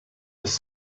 has